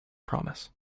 promise